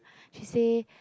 she say